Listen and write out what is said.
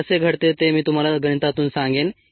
हे कसे घडते ते मी तुम्हाला गणितातून सांगेन